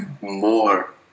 more